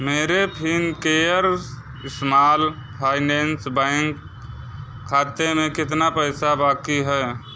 मेरे Fincare small finance finance bank खाते में कितना पैसा बाकी है